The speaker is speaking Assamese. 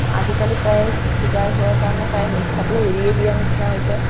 আজিকালি প্ৰায়ে চুগাৰ হোৱাৰ কাৰণে প্ৰায় মিঠাটো এৰিয়ে দিয়াৰ নিচিনা হৈছে